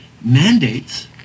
mandates